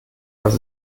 das